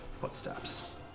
footsteps